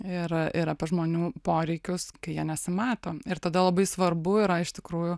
ir ir apie žmonių poreikius kai jie nesimato ir tada labai svarbu yra iš tikrųjų